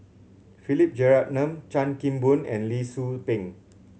Philip Jeyaretnam Chan Kim Boon and Lee Tzu Pheng